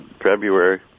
February